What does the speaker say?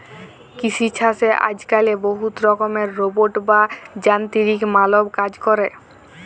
কিসি ছাসে আজক্যালে বহুত রকমের রোবট বা যানতিরিক মালব কাজ ক্যরে